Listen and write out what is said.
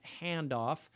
handoff